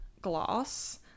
Gloss